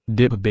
dip